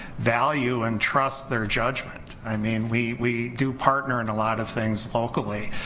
value and trust their judgment. i mean we we do partner and a lot of things locally,